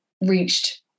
reached